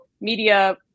media